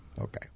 Okay